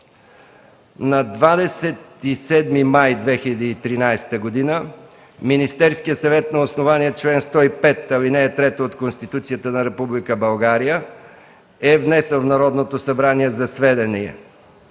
На 27 май 2013 г. Министерският съвет на основание чл. 105, ал. 3 от Конституцията на Република България е внесъл в Народното събрание за сведение